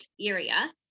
area